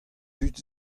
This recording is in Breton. dud